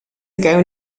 ago